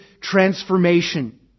transformation